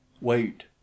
Wait